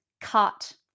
cut